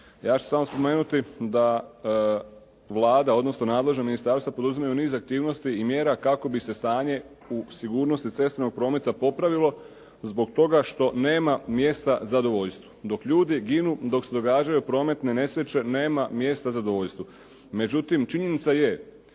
Ja ću samo spomenuti da Vlada odnosno nadležna ministarstva poduzimaju niz aktivnosti i mjera kako bi se stanje u sigurnosti cestovnog prometa popravilo zbog toga što nema mjesta zadovoljstvu. Dok ljudi ginu, dok se događaju prometne nesreće, nema mjesta zadovoljstvu. Međutim, činjenica je